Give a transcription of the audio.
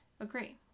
Agree